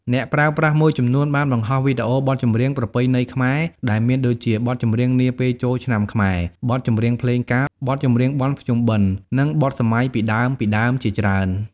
អ្នកប្រើប្រាស់មួយចំនួនបានបង្ហោះវីដេអូបទចម្រៀងប្រពៃណីខ្មែរដែលមានដូចជា បទចម្រៀងនាពេលចូលឆ្នាំខ្មែរ បទចម្រៀងភ្លេងការ បទចម្រៀងបុណ្យភ្ជុំបិណ្ឌ និងបទសម័យពីដើមៗជាច្រើន។